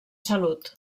salut